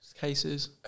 cases